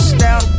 down